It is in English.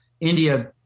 india